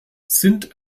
sind